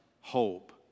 hope